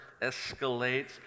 escalates